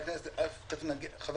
חבר